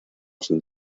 sin